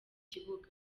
kibuga